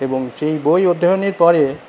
এবং সেই বই অধ্যয়নের পড়ে